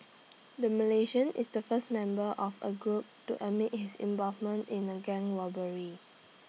the Malaysian is the first member of A group to admit his involvement in A gang robbery